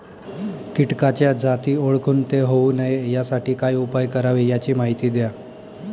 किटकाच्या जाती ओळखून ते होऊ नये यासाठी काय उपाय करावे याची माहिती द्या